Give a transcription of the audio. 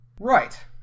Right